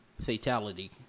fatality